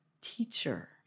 teacher